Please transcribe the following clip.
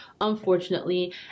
unfortunately